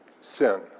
sin